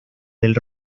del